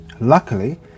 Luckily